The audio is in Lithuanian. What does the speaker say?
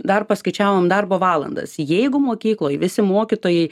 dar paskaičiavom darbo valandas jeigu mokykloj visi mokytojai